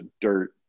dirt